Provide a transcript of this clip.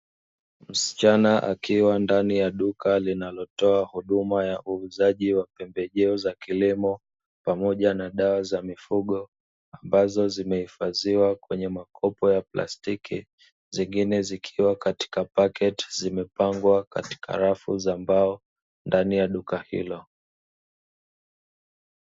Msichana akiwa ndani ya duka linalotoa huduma ya uuzaji wa pembejeo za kilimo pamoja na dawa za mifugo, ambazo zimehifadhiwa kwenye makopo ya plastiki, zingine zikiwa katika paketi zimepangwa katika rafu za mbao ndani ya duka hilo.